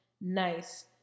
nice